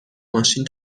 ماشین